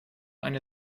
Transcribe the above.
eine